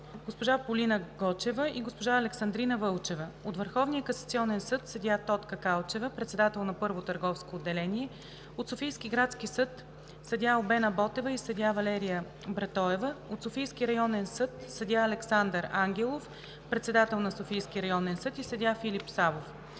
госпожа Полина Гочева и госпожа Александрина Вълчева; от Върховния касационен съд – съдия Тотка Калчева – председател на Първо търговско отделение; от Софийски градски съд – съдия Албена Ботева и съдия Валерия Братоева; от Софийския районен съд – съдия Александър Ангелов – председател на Софийски районен съд, и съдия Филип Савов;